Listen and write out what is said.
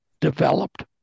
developed